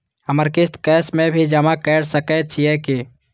हमर किस्त कैश में भी जमा कैर सकै छीयै की?